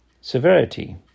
severity